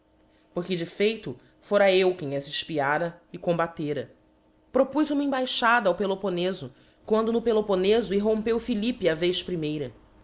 por de feito fora eu quem as efpiara e combater propuz me embaixada ao peloponefo quando no peloponcfo irrompeu philippe a vez primeira